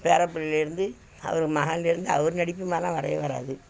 பேர பிள்ளைலருந்து அவர் மகன்லேருந்து அவர் நடிப்பு மாதிரிலாம் வரவே வராது